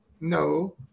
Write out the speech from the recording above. No